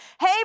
Hey